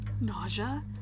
Nausea